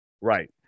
right